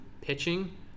pitching –